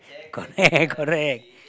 correct correct